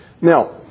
Now